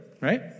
Right